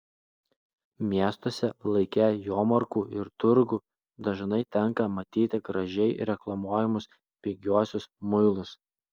miestuose laike jomarkų ir turgų dažnai tenka matyti gražiai reklamuojamus pigiuosius muilus